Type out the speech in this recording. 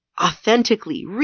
authentically